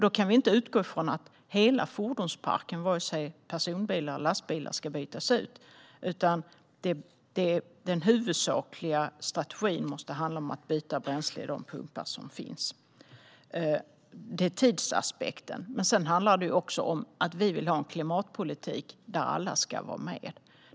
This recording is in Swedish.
Då kan vi inte utgå från att hela fordonsparken, vare sig personbilar eller lastbilar, ska bytas ut. Den huvudsakliga strategin måste i stället handla om att byta bränsle i de pumpar som finns. Detta är alltså tidsaspekten. Den andra anledningen är att vi vill ha en klimatpolitik där alla ska vara med.